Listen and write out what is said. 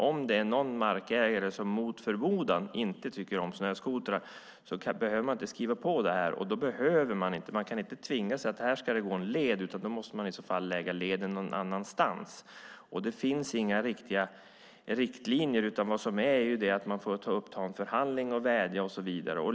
Om det är någon markägare som mot förmodan inte tycker om snöskotrar behöver den inte skriva på något. Man kan inte tvinga någon, utan då måste man i så fall lägga leden någon annanstans. Det finns inga riktiga riktlinjer, utan man får ta en förhandling, vädja och så vidare.